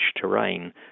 terrain